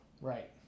Right